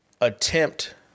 attempt